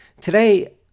Today